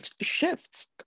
shifts